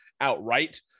outright